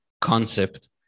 concept